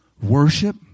worship